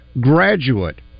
graduate